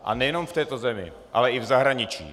A nejenom v této zemi, ale i v zahraničí.